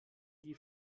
die